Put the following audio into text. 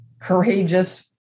courageous